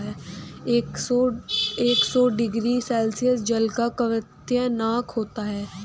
एक सौ degree Celsius जल का क्वथनांक होता है